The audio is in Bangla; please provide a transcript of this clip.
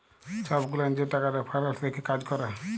ছব গুলান যে টাকার রেফারেলস দ্যাখে কাজ ক্যরে